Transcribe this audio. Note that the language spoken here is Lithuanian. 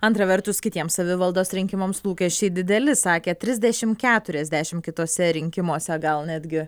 antra vertus kitiems savivaldos rinkimams lūkesčiai dideli sakė trisdešim keturiasdešim kituose rinkimuose gal netgi